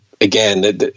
again